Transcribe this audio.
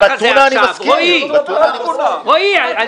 רועי.